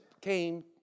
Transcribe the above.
came